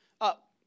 up